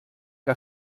que